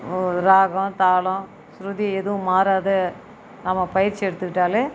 ஒரு ராகம் தாளம் ஸ்ருதி எதுவும் மாறாது நாம் பயிற்சி எடுத்துக்கிட்டால்